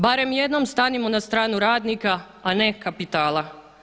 Barem jednom stanimo na stranu radnika, a ne kapitala.